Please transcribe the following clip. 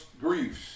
griefs